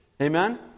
Amen